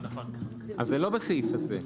אז זה לא בסעיף הזה.